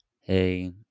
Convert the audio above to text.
hey